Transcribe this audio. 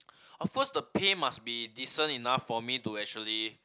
of course the pay must be decent enough for me to actually